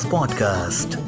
Podcast